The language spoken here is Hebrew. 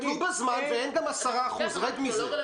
הם ביטלו בזמן ולכן לא נדרשים לשלם גם 10%. רד מזה.